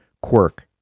quirk